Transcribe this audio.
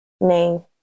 name